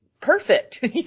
Perfect